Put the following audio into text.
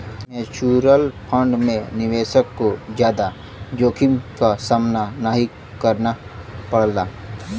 mutual fund में निवेशक को जादा जोखिम क सामना नाहीं करना पड़ला